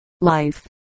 life